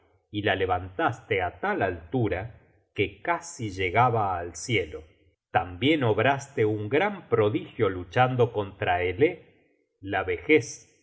y la levantaste á tal altura que casi llegaba al cielo tambien obraste un gran prodigio luchando contra elé